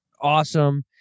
awesome